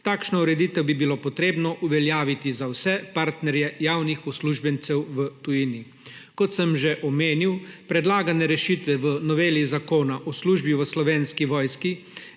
Takšno ureditev bi bilo potrebno uveljaviti za vse partnerje javnih uslužbencev v tujini. Kot sem že omenil, predlagane rešitve v noveli Zakona o službi v Slovenski vojski